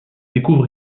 découvre